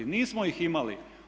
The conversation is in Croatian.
Nismo ih imali.